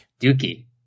Dookie